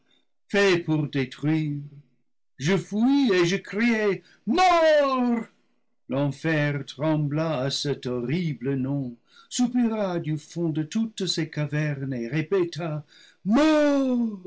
pour détruire je fuis et je criai mort l'enfer trembla à cet horrible nom soupira du fond de toutes ses cavernes et répéta